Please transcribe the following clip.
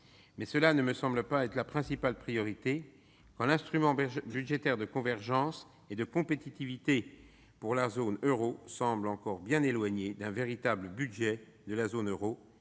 mais cela ne me semble pas être la principale priorité quand l'instrument budgétaire de convergence et de compétitivité pour la zone euro semble encore bien éloigné d'un véritable budget de la zone euro